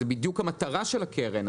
זו בדיוק המטרה של הקרן,